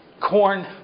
corn